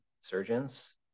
surgeons